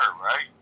right